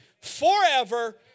forever